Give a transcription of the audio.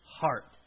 Heart